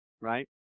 right